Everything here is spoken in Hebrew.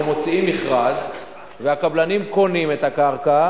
אנחנו מוציאים מכרז והקבלנים קונים את הקרקע,